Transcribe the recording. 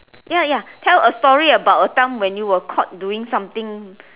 ya ya tell a story about a time when you were caught doing something